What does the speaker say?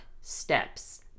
steps